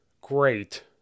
Great